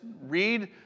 read